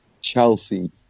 Chelsea